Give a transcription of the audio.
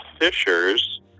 fishers